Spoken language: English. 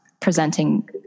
presenting